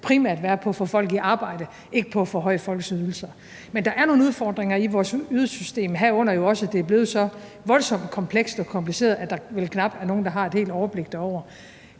primært være på at få folk i arbejde og ikke på at forhøje folks ydelser. Men der er nogle udfordringer i vores ydelsessystem, herunder jo også, at det er blevet så voldsomt komplekst og kompliceret, at der vel knap er nogen, der har et helt overblik derover.